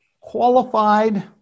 qualified